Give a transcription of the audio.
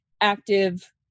active